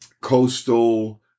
coastal